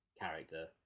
character